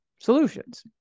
solutions